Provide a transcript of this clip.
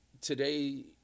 today